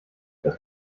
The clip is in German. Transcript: das